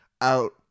out